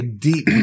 deep